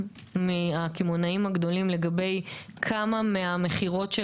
אחוזים מהמכירות שלהם זה במשלוחים וכמה בקנייה ישירה?